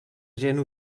gent